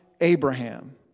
Abraham